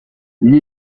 gli